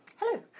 Hello